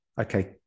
Okay